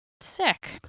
Sick